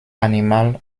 animal